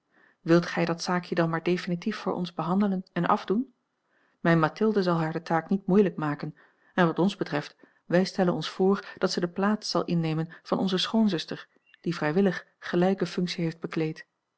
wilt gij dat zaakje dan maar definitief voor ons behandelen en afdoen mijne mathilde zal haar de taak niet moeilijk maken en wat ons betreft wij stellen ons voor dat zij de plaats zal innemen van onze schoonzuster die vrijwillig gelijke functie heeft bekleed